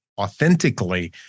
authentically